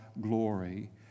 glory